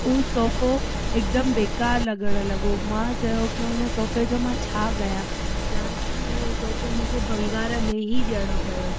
उहो सोफो हिकदमु बेकार लॻण लॻो मां चयो की हुन सोफे जो मां छा कयां लास्ट में उओ सोफो मुखे भंगार में ई ॾेयणो पियो